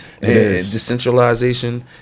Decentralization